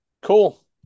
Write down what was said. cool